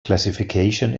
classification